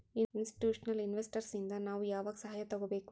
Institutional investors ಇಂದಾ ನಾವು ಯಾವಾಗ್ ಸಹಾಯಾ ತಗೊಬೇಕು?